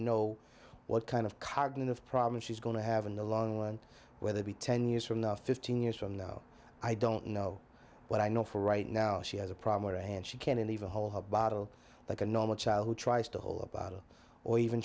know what kind of cognitive problems she's going to have in the long run whether be ten years from now fifteen years from now i don't know but i know for right now she has a problem with a hand she can't even hold a bottle like a normal child who tries to hold the bottle or even